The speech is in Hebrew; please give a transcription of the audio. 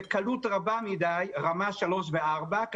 בקלות רמה מדי רמה שלוש וארבע,